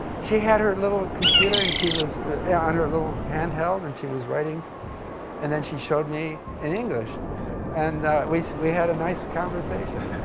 she had her little computer and she was on her little handheld and she was writing and then she showed me in english and we we had a nice conversation.